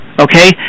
okay